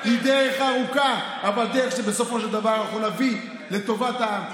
היא דרך ארוכה אבל דרך שבסופו של דבר אנחנו נביא לטובת העם,